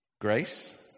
Grace